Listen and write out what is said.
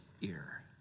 ear